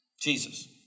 Jesus